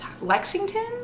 Lexington